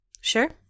Sure